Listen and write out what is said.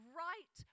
right